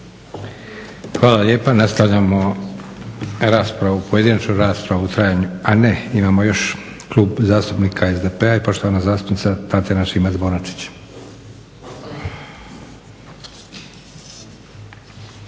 Hvala lijepa. Nastavljamo raspravu, pojedinačnu raspravu u trajanju, a ne. Imamo još Klub zastupnika SDP-a i poštovana zastupnica Tatjana Šimac-Bonačić. **Šimac